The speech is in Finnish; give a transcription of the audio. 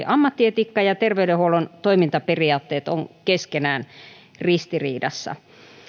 ammattietiikka ja terveydenhuollon toimintaperiaatteet ovat keskenään ristiriidassa